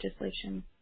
legislation